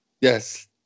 Yes